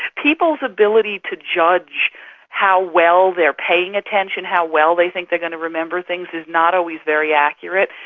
people's ability to judge how well they are paying attention and how well they think they're going to remember things is not always very accurate,